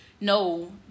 no